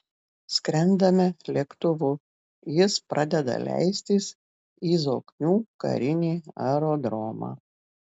skrendame lėktuvu jis pradeda leistis į zoknių karinį aerodromą